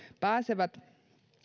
pääsevät